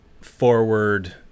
forward